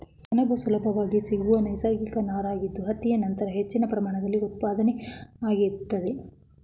ಸೆಣಬು ಸುಲಭವಾಗಿ ಸಿಗುವ ನೈಸರ್ಗಿಕ ನಾರಾಗಿದ್ದು ಹತ್ತಿ ನಂತರ ಹೆಚ್ಚಿನ ಪ್ರಮಾಣದಲ್ಲಿ ಉತ್ಪಾದನೆಯಾಗ್ತದೆ